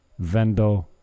Vendo